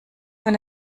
wenn